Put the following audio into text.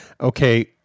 okay